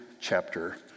chapter